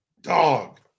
Dog